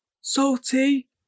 Salty